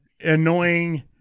annoying